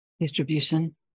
Distribution